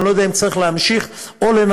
ואני לא יודע אם צריך להמשיך או לנסות